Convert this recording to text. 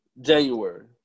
January